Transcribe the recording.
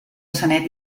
sanet